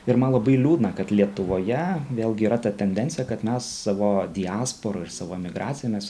ir man labai liūdna kad lietuvoje vėlgi yra ta tendencija kad mes savo diasporą ir savo emigraciją mes